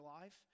life